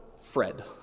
Fred